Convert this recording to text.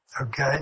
okay